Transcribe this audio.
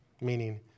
meaning